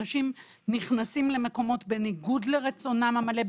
אנשים נכנסים למקומות בניגוד לרצונם המלא,